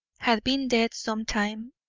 had been dead some time,